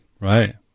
Right